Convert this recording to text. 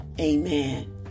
Amen